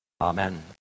Amen